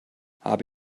habe